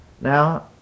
Now